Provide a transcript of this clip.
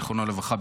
זיכרונו לברכה,